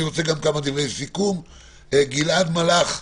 גלעד מלאך,